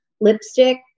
lipstick